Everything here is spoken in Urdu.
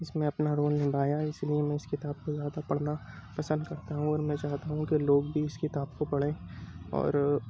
اس میں اپنا رول نبھایا اس لیے میں اس کتاب کو زیادہ پڑھنا پسند کرتا ہوں اور میں چاہتا ہوں کہ لوگ بھی اس کتاب کو پڑھیں اور